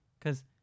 cause